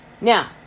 now